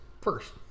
first